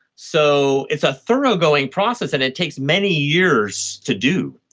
so it's a thorough going process and it takes many years to do.